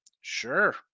sure